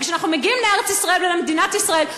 וכשאנחנו מגיעים לארץ-ישראל ולמדינת ישראל,